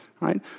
right